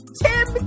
tim